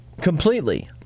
Completely